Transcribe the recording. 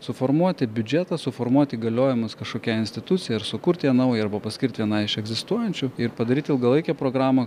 suformuoti biudžetą suformuot įgaliojimus kažkokiai institucijai ar sukurti naują arba paskirt vienai iš egzistuojančių ir padaryt ilgalaikę programą